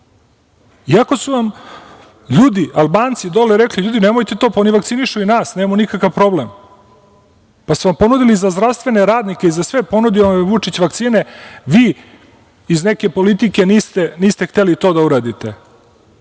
iako su vam ljudi, Albanci, dole rekli – ljudi, nemojte to, pa oni vakcinišu i nas, nemamo nikakav problem. Ponudili su vam za zdravstvene radnike, za sve, ponudio vam je Vučić vakcine, vi, iz neke politike, niste hteli to da uradite.